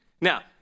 Now